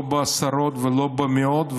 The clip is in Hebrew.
לא בעשרות ולא במאות,